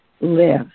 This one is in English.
live